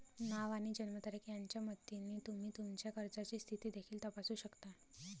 नाव आणि जन्मतारीख यांच्या मदतीने तुम्ही तुमच्या कर्जाची स्थिती देखील तपासू शकता